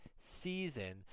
season